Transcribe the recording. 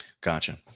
Gotcha